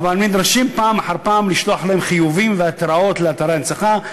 אבל נדרשים פעם אחר פעם לשלוח חיובים והתראות לאתרי ההנצחה,